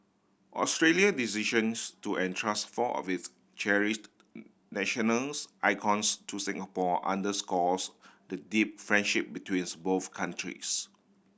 Australia decisions to entrust four of its cherished nationals icons to Singapore underscores the deep friendship betweens both countries